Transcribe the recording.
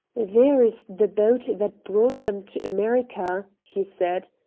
there is the boat that brought them to america, he said.